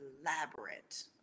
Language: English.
elaborate